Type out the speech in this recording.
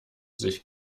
sich